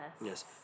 Yes